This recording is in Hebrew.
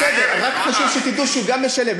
בסדר, רק חשוב שתדעו שהוא גם משלם.